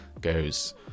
goes